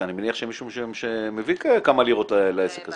אני מניח שמישהו מביא כמה לירות לעסק הזה.